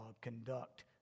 conduct